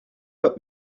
but